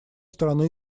страны